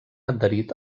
adherit